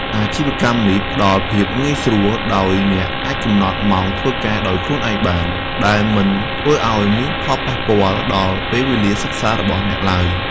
អាជីវកម្មនេះផ្តល់ភាពងាយស្រួល ដោយអ្នកអាចកំណត់ម៉ោងធ្វើការដោយខ្លួនឯងបាន ដែលមិនធ្វើឲ្យមានផលប៉ះពាល់ដល់ពេលវេលាសិក្សារបស់អ្នកឡើយ។